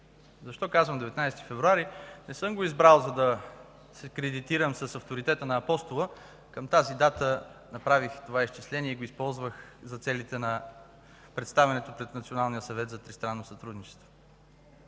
Защо казвам 19 февруари? Не съм го избрал, за да се кредитирам с авторитета на Апостола. Към тази дата направих изчислението и ги използвах за целите на представянето пред Националния съвет за тристранно сътрудничество.